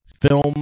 film